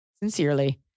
Sincerely